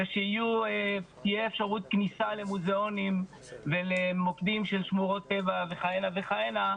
הוא שתהיה אפשרות כניסה למוזיאונים ולמוקדים של שמורות טבע כהנה וכהנה,